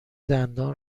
دندان